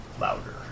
louder